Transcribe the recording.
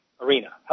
Arena